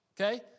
Okay